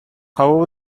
however